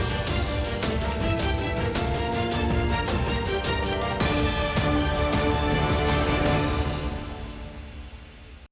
Дякую.